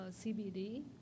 CBD